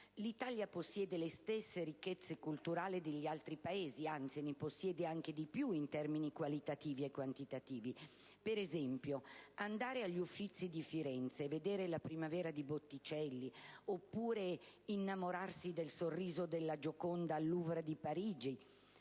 L'Italia possiede le stesse ricchezze culturali degli altri Paesi, anzi ne possiede anche di più in termini qualitativi e quantitativi. Per esempio, andare agli Uffizi di Firenze e vedere «La Primavera» di Botticelli, oppure innamorarsi del sorriso della Gioconda al Louvre di Parigi,